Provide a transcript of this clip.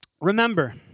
Remember